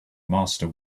master